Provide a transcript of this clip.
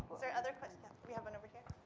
so other questions. we have one over here